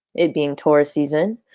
it being taurus season.